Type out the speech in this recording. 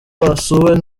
basuwe